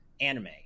anime